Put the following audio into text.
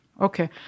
Okay